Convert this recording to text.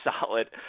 solid